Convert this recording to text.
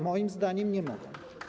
Moim zdaniem nie mogą.